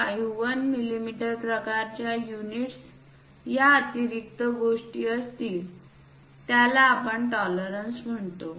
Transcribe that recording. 51 मिमी प्रकारच्या युनिट्स या अतिरिक्त गोष्टी असतील त्याला आपण टॉलरन्स म्हणतो